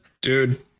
Dude